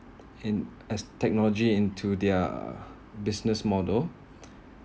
in as technology into their business model